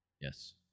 yes